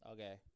Okay